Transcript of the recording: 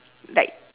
like